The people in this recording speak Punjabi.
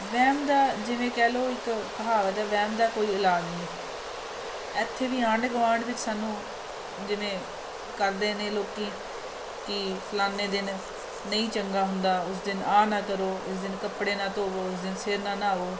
ਵਹਿਮ ਦਾ ਜਿਵੇਂ ਕਹਿ ਲਉ ਇੱਕ ਕਹਾਵਤ ਹੈ ਵਹਿਮ ਦਾ ਕੋਈ ਇਲਾਜ ਨਹੀਂ ਇੱਥੇ ਵੀ ਆਂਢ ਗਵਾਂਢ ਵਿੱਚ ਸਾਨੂੰ ਜਿਵੇਂ ਕਰਦੇ ਨੇ ਲੋਕ ਕਿ ਫਲਾਣੇ ਦਿਨ ਨਹੀਂ ਚੰਗਾ ਹੁੰਦਾ ਉਸ ਦਿਨ ਆਹ ਨਾ ਕਰੋ ਇਸ ਦਿਨ ਕੱਪੜੇ ਨਾ ਧੋਵੋ ਉਸ ਦਿਨ ਸਿਰ ਨਾ ਨਾਵੋ